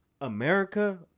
America